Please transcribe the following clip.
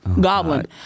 Goblin